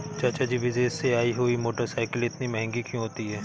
चाचा जी विदेश से आई हुई मोटरसाइकिल इतनी महंगी क्यों होती है?